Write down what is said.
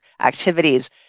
activities